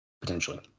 potentially